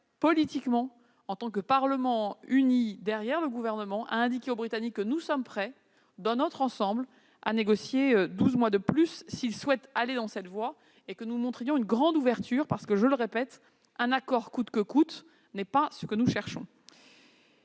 politiquement, en tant que Parlement uni derrière le Gouvernement, à indiquer aux Britanniques que nous sommes prêts à négocier douze mois de plus, s'ils souhaitent aller dans cette voie. Nous devons faire preuve d'une grande ouverture, parce que, je le répète, un accord coûte que coûte n'est pas ce que nous cherchons.